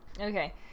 Okay